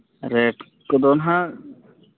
rate ᱠᱚᱫᱚ ᱦᱟᱸᱜ